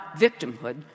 victimhood